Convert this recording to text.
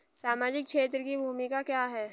सामाजिक क्षेत्र की भूमिका क्या है?